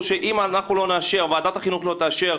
כדי שלא נתרגל לאידיליה הזו,